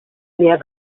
mehr